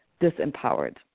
disempowered